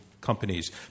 companies